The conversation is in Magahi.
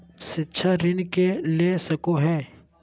शिक्षा ऋण के ले सको है?